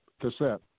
cassette